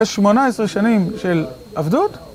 יש שמונה עשרה שנים של עבדות